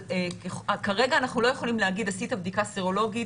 אבל כרגע אנחנו לא יכולים להגיד: עשית בדיקה סרולוגית,